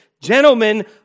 gentlemen